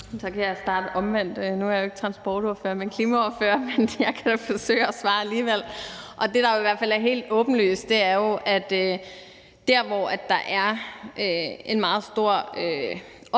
nu er jeg jo ikke transportordfører, men klimaordfører, men jeg kan jo forsøge at svare alligevel. Det, der i hvert fald er helt åbenlyst, er jo, at der, hvor der er en meget stor opgave,